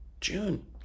June